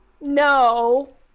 no